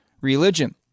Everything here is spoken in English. religion